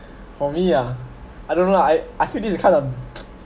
for me ah I don't know I I feel this is kind of